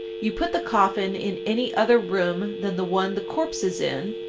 you put the coffin in any other room than the one the corpse is in,